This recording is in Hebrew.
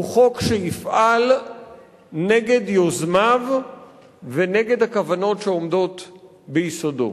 הוא חוק שיפעל נגד יוזמיו ונגד הכוונות שעומדות ביסודו.